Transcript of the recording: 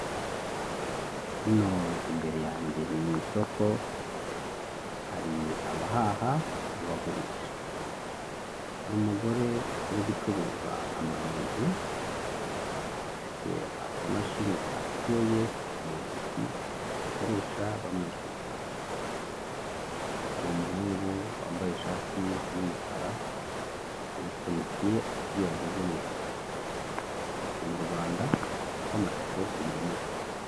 Hano imbere yanjye ni mu isoko hari abahaha n'abagurisha. Hari umugore uri gucuruza amarongi afite akamashini ka pos mu ntoki bakoresha bamwishyuriraho. Hari umuhungu wambaye ishati yumukara amupfunyikiye ibyo yaguze mu ishashi, gusa si mu Rwanda kuko amashashi ntiyemewe.